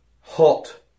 hot